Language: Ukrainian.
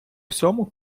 всьому